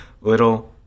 little